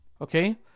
Okay